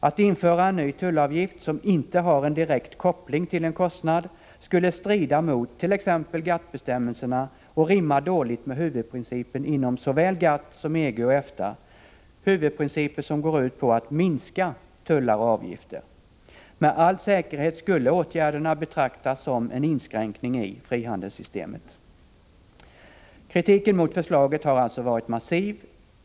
Att införa en ny tullavgift, som inte har en direkt koppling till en kostnad, skulle direkt strida mot t.ex. GATT-bestämmelserna och rimma dåligt med huvudprinciper inom såväl GATT som EG och EFTA, huvudprinciper som går ut på att minska tullar och avgifter. Med all säkerhet skulle åtgärderna betraktas som en inskränkning i frihandelssystemet. Kritiken mot förslaget har alltså varit massiv.